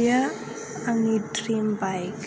बेयो आंनि dream bike